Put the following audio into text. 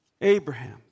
Abraham